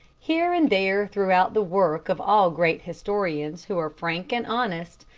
here and there throughout the work of all great historians who are frank and honest,